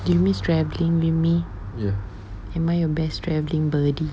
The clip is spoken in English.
you miss travelling with me am I your best travelling buddy